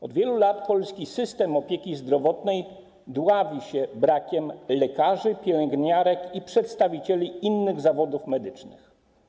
Od wielu lat polski system opieki zdrowotnej dławi się brakiem lekarzy, pielęgniarek i przedstawicieli innych zawodów medycznych.